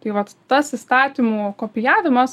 tai vat tas įstatymų kopijavimas